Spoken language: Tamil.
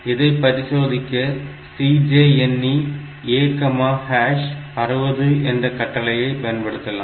இதை பரிசோதிக்க CJNE A60 என்ற கட்டளையை பயன்படுத்தலாம்